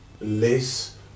less